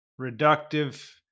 reductive